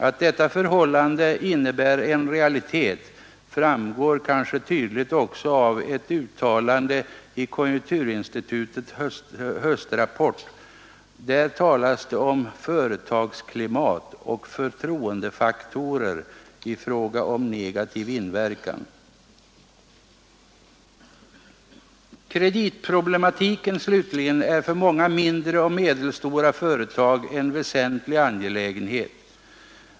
Att detta förhållande innebär en realitet framgår kanske tydligt också av ett uttalande i konjunkturinstitutets höstrapport, där det talas Kreditproblematiken, slutligen, är för många mindre och medelstora företag en väsentlig angelägenhet.